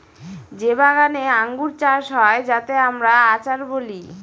যে বাগানে আঙ্গুর চাষ হয় যাতে আমরা আচার বলি